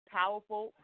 powerful